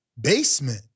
basement